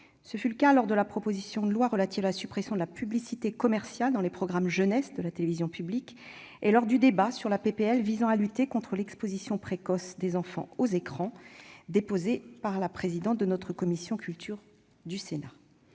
Je citerai l'examen de la proposition de loi relative à la suppression de la publicité commerciale dans les programmes jeunesse de la télévision publique et le débat sur la proposition de loi visant à lutter contre l'exposition précoce des enfants aux écrans, déposée par la présidente de la commission de la culture du Sénat.